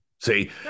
see